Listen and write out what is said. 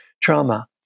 trauma